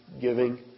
giving